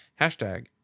hashtag